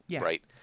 right